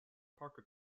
parker